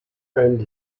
and